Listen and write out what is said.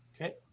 Okay